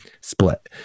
split